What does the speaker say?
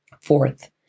Fourth